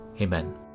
Amen